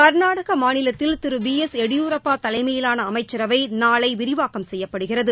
கர்நாடக மாநிலத்தில் Thiru B S Yediyurappa தலைமையிலான அமைச்சரவை நாளை விரிவாக்கம் செய்யப்படுகிறது